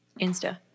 Insta